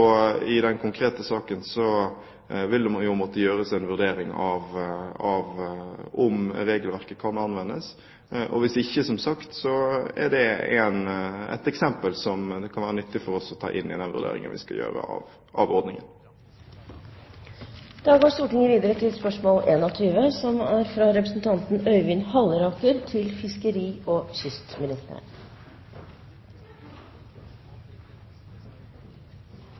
I den konkrete saken vil det jo måtte gjøres en vurdering av om regelverket kan anvendes. Og hvis ikke, er det, som sagt, et eksempel som det kan være nyttig for oss å ta inn i den vurderingen vi skal gjøre av ordningen. Jeg tillater meg å stille følgende spørsmål